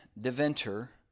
Deventer